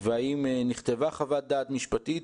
וכן האם נכתבה חוות דעת משפטית